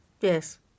Yes